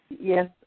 Yes